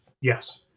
Yes